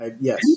Yes